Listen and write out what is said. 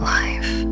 life